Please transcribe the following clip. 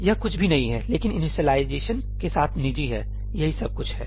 यह कुछ भी नहीं है लेकिन इनीशिएलाइजेशन के साथ निजी है यही सब कुछ है